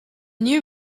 new